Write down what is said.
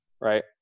Right